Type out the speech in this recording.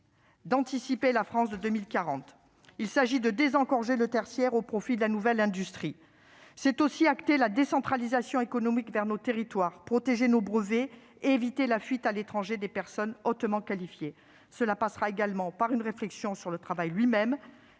d'anticiper la France de 2040. Il faut désengorger le tertiaire au profit des nouvelles industries. Il faut également acter la décentralisation économique vers nos territoires, protéger nos brevets et éviter la fuite à l'étranger des personnes hautement qualifiées. Il sera également nécessaire de mener une réflexion sur le travail lui-même.